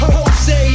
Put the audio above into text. Jose